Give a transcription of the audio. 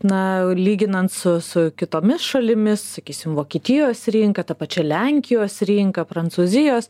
na lyginant su su kitomis šalimis sakysim vokietijos rinka ta pačia lenkijos rinka prancūzijos